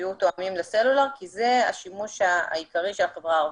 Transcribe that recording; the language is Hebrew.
שיהיו תואמים לסלולר כי זה השימוש העיקרי של החברה הערבית,